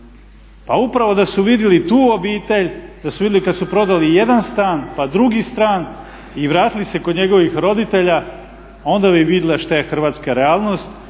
Pa upravo da su vidjeli tu obitelj, da su vidjeli kad su prodali jedan stan pa drugi stan i vratili se kod njegovih roditelja onda bi vidjeli šta je hrvatska realnost